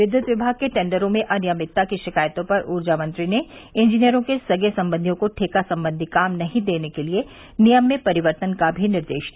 विद्युत विभाग के टेंडरों में अनियमितता की शिकायतों पर ऊर्जा मंत्री ने इंजीनियरों के सगे संबंधियों को ठेका संबंधी काम नहीं देने के लिये नियम में परिवर्तन का भी निर्देश दिया